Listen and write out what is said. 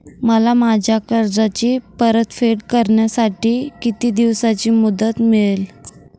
मला माझ्या कर्जाची परतफेड करण्यासाठी किती दिवसांची मुदत मिळेल?